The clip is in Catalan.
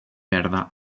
verda